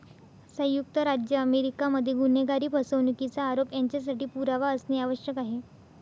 संयुक्त राज्य अमेरिका मध्ये गुन्हेगारी, फसवणुकीचा आरोप यांच्यासाठी पुरावा असणे आवश्यक आहे